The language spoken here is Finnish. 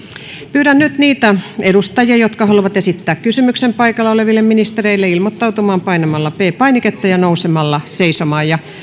pyydän nyt niitä edustajia jotka haluavat esittää kysymyksen paikalla oleville ministereille ilmoittautumaan painamalla p painiketta ja nousemalla seisomaan